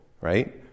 right